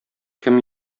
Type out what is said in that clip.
кем